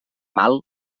mal